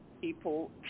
people